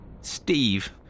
Steve